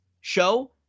show